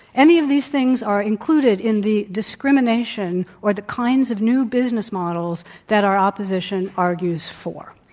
any of these things are included in the discrimination or the kinds of new business models that our opposition argues for.